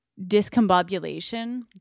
discombobulation